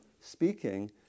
speaking